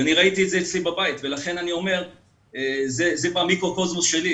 אני ראיתי את זה אצלי בבית וזה במיקרוקוסמוס שלי.